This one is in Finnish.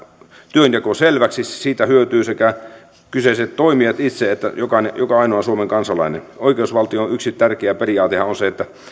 työnjako selväksi siitä hyötyvät sekä kyseiset toimijat itse että joka ainoa suomen kansalainen oikeusvaltion yksi tärkeä periaatehan on se että